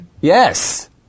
Yes